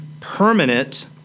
permanent